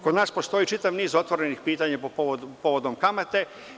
Kod nas postoji čitav niz otvorenih pitanja povodom kamate.